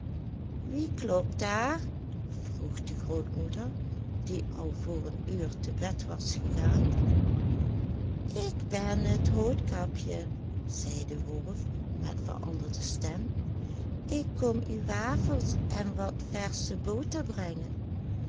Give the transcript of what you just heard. wie klopt daar vroeg de grootmoeder die al voor een uur te bed was gegaan ik ben t roodkapje zei de wolf met veranderde stem ik kom u wafels en wat versche boter brengen